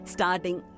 Starting